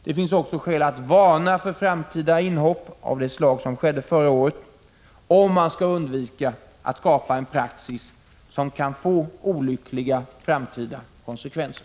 Det finns också skäl att varna för framtida inhopp av det slag som skedde förra året, om man skall undvika att skapa en praxis som kan få olyckliga konsekvenser.